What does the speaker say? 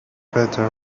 better